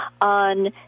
on